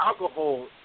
alcohol